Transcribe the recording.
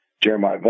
Jeremiah